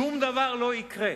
שום דבר לא יקרה.